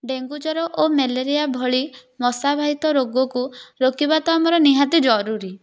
dengue ଜ୍ଵର ଓ malaria ଭଳି ମଶାବାହିତ ରୋଗକୁ ରୋକିବା ତ ଆମର ନିହାତି ଜରୁରୀ